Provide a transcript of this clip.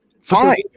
fine